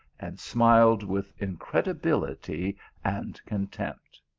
and smiled with incredibility and con tempt.